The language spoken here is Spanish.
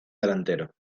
delantero